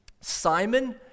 Simon